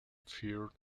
pier